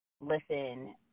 Listen